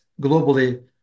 globally